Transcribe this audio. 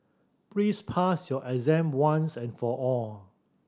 please pass your exam once and for all